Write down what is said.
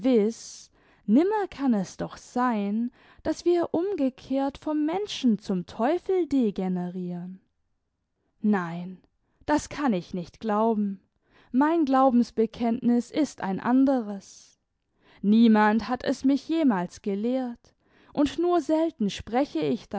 nimmer kann es doch sein daß wir umgekehrt vom menschen zum teufel degenerieren nein das kann ich nicht glauben mein glaubensbekenntnis ist ein anderes niemand hat es mich jemals gelehrt und nur selten spreche ich